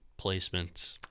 placements